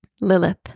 Lilith